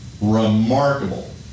Remarkable